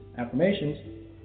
Affirmations